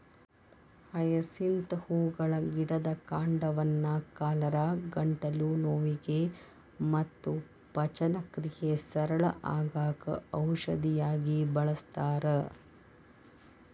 hyacinth ಹೂಗಳ ಗಿಡದ ಕಾಂಡವನ್ನ ಕಾಲರಾ, ಗಂಟಲು ನೋವಿಗೆ ಮತ್ತ ಪಚನಕ್ರಿಯೆ ಸರಳ ಆಗಾಕ ಔಷಧಿಯಾಗಿ ಬಳಸ್ತಾರ